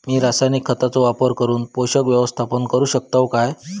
मी रासायनिक खतांचो वापर करून पोषक व्यवस्थापन करू शकताव काय?